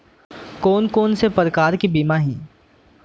कोन कोन से प्रकार के बीमा हे?